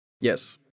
Yes